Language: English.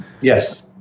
Yes